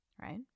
right